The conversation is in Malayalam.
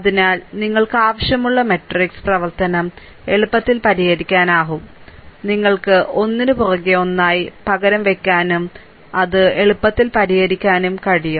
അതിനാൽ നിങ്ങൾക്ക് ആവശ്യമുള്ള മാട്രിക്സ് പ്രവർത്തനം എളുപ്പത്തിൽ പരിഹരിക്കാനാകും നിങ്ങൾക്ക് ഒന്നിനുപുറകെ ഒന്നായി പകരം വയ്ക്കാനും നിങ്ങൾക്ക് അത് എളുപ്പത്തിൽ പരിഹരിക്കാനും കഴിയും